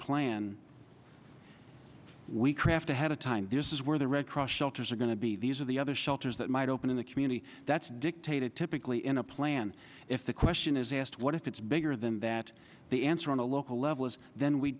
plan we craft ahead of time this is where the red cross shelters are going to be these are the other shelters that might open in the community that's dictated typically in a plan if the question is asked what if it's bigger than that the answer on the local level is then we